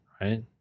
right